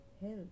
Health